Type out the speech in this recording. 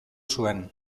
zuen